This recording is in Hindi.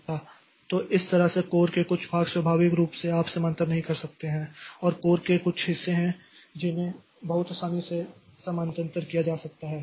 तो इस तरह से कोर के कुछ भाग स्वाभाविक रूप से आप समानांतर नहीं कर सकते हैं और कोर के कुछ हिस्से हैं जिन्हें बहुत आसानी से समानांतर किया जा सकता है